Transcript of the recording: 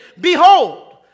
Behold